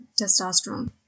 testosterone